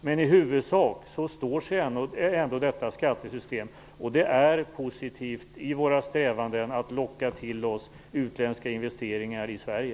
I huvudsak står sig ändå detta skattesystem, och det är positivt för våra strävanden att locka till oss utländska investeringar i Sverige.